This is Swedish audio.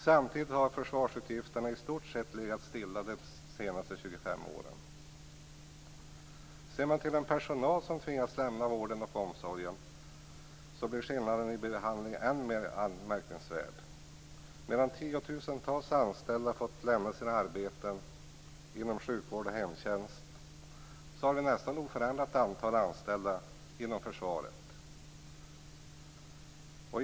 Samtidigt har försvarsutgifterna i stort sett legat stilla de senaste Ser man till den personal som har tvingats lämna vården och omsorgen blir skillnaden i behandling än mer anmärkningsvärd. Medan tiotusentals anställda har fått lämna sina arbeten inom sjukvård och hemtjänst har vi nästan oförändrat antal anställda inom försvaret.